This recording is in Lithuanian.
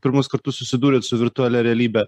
pirmus kartus susidūrėt su virtualia realybe